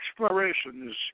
explorations